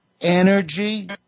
energy